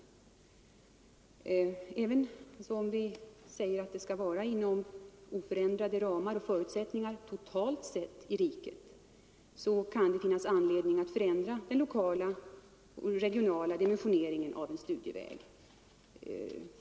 åsiktsregistre Även om vi säger att en utbildning skall bedrivas inom oförändrade ramar ring inom lärarutoch med oförändrade förutsättningar totalt sett i riket kan det finnas anbildningen ledning att förändra den lokala och regionala dimensioneringen av en studieväg.